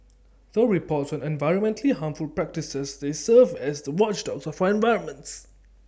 through reports on environmentally harmful practices they serve as the watchdogs of our environment